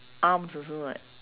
arms also [what]